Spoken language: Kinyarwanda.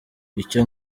icyo